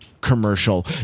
commercial